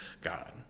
god